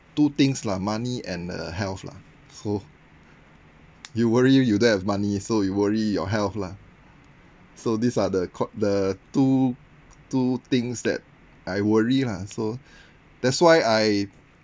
two things lah money and uh health lah so you worry you don't have money so you worry your health lah so these are the cour~ the two two things that I worry lah so that's why I